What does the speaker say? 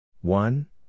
One